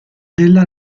della